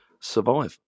survive